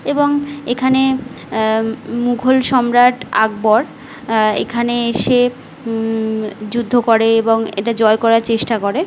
এবং এখানে মুঘল সম্রাট আকবর এখানে এসে যুদ্ধ করে এবং এটা জয় করার চেষ্টা করে